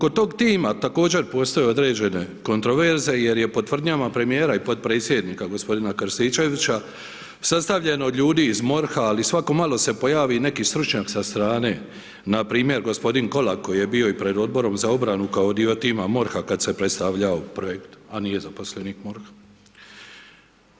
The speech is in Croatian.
Oko tog tima također postoje određene kontraverze jer je po tvrdnjama premijera i potpredsjednika g. Krstičevića sastavljen od ljudi iz MORH-a ali i svatko malo se pojavi neki stručnjak sa strane npr. g. Kolak koji je bio i pred Odborom za obranu kao dio tima MORH-a kad se predstavljao projekt a nije zaposlenik MORH-a.